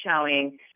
showing